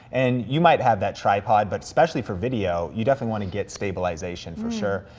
and you might have that tripod, but especially for video, you definitely wanna get stabilization for sure.